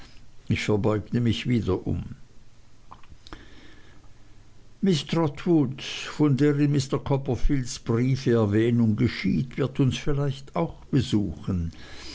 ich verbeugte mich wiederum miß trotwood von der in mr copperfields briefe erwähnung geschieht wird uns vielleicht auch besuchen